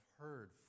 heard